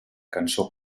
cançó